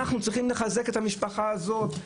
אנחנו צריכים לחזק את המשפחה הזאת.